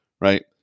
right